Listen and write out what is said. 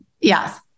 Yes